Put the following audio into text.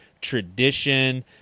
tradition